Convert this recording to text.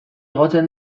igotzen